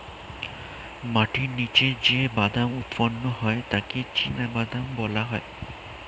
মাটির নিচে যে বাদাম উৎপন্ন হয় তাকে চিনাবাদাম বলা হয়